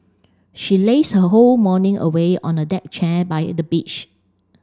she lazed her whole morning away on a deck chair by the beach